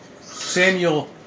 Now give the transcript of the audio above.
Samuel